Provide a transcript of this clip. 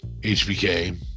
hbk